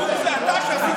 שוק זה אתה, שעשית ככה.